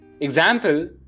Example